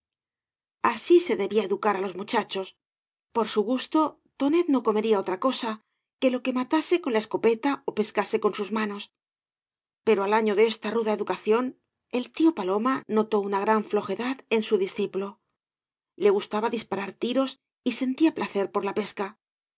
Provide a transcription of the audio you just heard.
así se debía educar á los muchachos por su gusto tonet no comería otra cosa que lo que matase con la escopeta ó pescase con sus manos pero al afio de esta ruda educación el tío paloma notó una gran flojedad en su discípulo le gustaba disparar tiros y sentía placer por la pesca